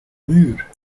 muur